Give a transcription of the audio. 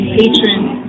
patrons